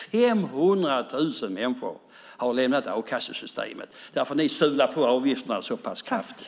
500 000 människor har lämnat a-kassesystemet, för ni sovlar på avgifterna så pass kraftigt.